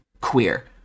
queer